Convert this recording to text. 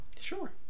sure